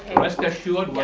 rest assured,